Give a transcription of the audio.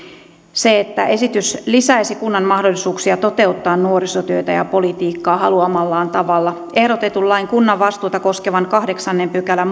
se että esitys lisäisi kunnan mahdollisuuksia toteuttaa nuorisotyötä ja politiikkaa haluamallaan tavalla ehdotetun lain kunnan vastuuta koskevan kahdeksannen pykälän